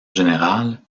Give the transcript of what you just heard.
générale